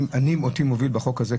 אותי מוביל בחוק הזה,